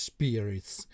Spirits